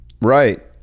Right